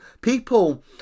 people